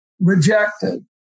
rejected